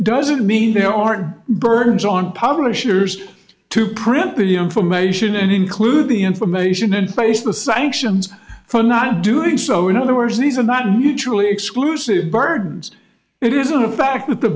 doesn't mean there aren't burdens on publishers to print the information and include the information in place the sanctions for not doing so in other words these are not mutually exclusive burdens it isn't a fact that the